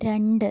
രണ്ട്